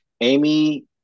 Amy